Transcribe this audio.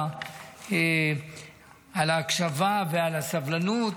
על ההקשבה ועל הסבלנות.